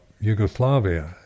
Yugoslavia